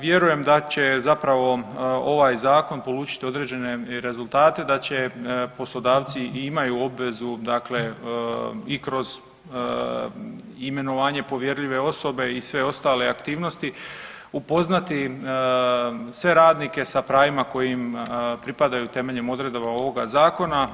Vjerujem da će zapravo ovaj zakon polučiti određene rezultate da će, poslodavci i imaju obvezu dakle i kroz imenovanje povjerljive osobe i sve ostale aktivnosti upoznati sve radnike sa pravima koje im pripadaju temeljem odredaba ovog zakona.